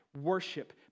worship